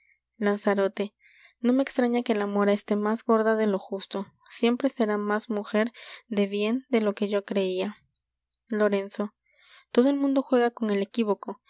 lanzarote no me extraña que la mora esté más gorda de lo justo siempre será más mujer de bien de lo que yo creia lorenzo todo el mundo juega con el equívoco